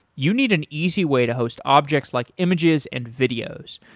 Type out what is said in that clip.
you need an easy way to host objects like images and videos.